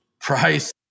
price